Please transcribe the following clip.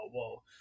whoa